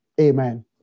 Amen